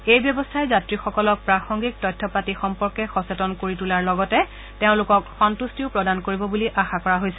এই ব্যৱস্থাই যাত্ৰীসকলক প্ৰাসংগিক তথ্য পাতি সম্পৰ্কে সচেতন কৰি তোলাৰ লগতে তেওঁলোকক সন্তুষ্টিও প্ৰদান কৰিব বুলি আশা কৰা হৈছে